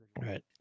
Right